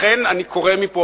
לכן אני קורא מפה,